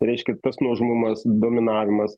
tai reiškia tas nuožmumas dominavimas